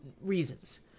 reasons